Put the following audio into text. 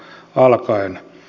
heinäkuuta alkaen